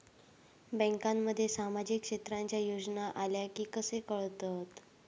बँकांमध्ये सामाजिक क्षेत्रांच्या योजना आल्या की कसे कळतत?